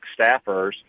staffers